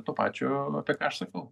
to pačio apie ką aš sakau